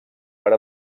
per